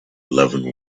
loving